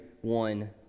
one